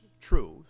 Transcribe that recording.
truth